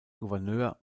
gouverneur